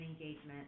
engagement